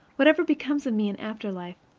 whatever becomes of me in after life,